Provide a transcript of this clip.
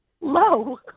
low